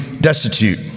destitute